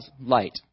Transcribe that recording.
light